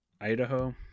idaho